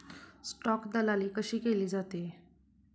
Stock दलाली कशी केली जाते?